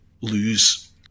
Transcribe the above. lose